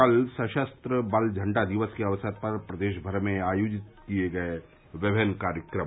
कल सशस्त्र बल झंडा दिवस के अवसर पर प्रदेश भर में आयोजित किये गये विभिन्न कार्यक्रम